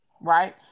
right